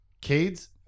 Cade's